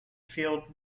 field